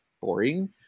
boring